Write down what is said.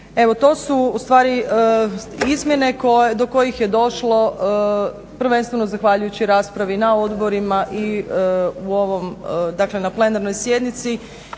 Evo to su ustvari izmjene do kojih je došlo prvenstveno zahvaljujući raspravi na odborima i na plenarnoj sjednici